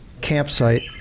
campsite